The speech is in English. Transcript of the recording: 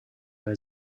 are